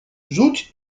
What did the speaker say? rzuć